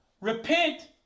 Repent